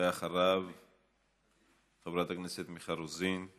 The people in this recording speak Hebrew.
אחריו חברת הכנסת מיכל רוזין,